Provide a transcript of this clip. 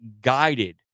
guided